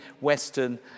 western